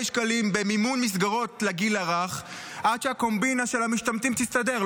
שקלים במימון מסגרות לגיל הרך עד שהקומבינה של המשתמטים תסתדר.